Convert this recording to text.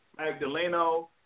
Magdaleno